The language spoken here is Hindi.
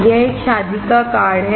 यह एक शादी का कार्ड है